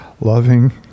loving